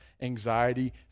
anxiety